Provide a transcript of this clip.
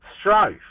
strife